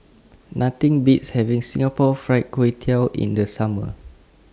Nothing Beats having Singapore Fried Kway Tiao in The Summer